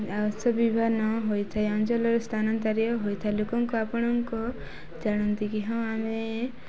ହୋଇଥାଏ ଅଞ୍ଚଲର ସ୍ଥାନାନ୍ତରୀୟ ହୋଇଥାଏ ଲୋକଙ୍କୁ ଆପଣଙ୍କ ଜାଣନ୍ତି କି ହଁ ଆମେ